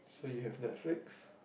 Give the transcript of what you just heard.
so you have Netflix